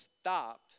stopped